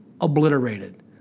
obliterated